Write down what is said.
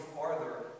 farther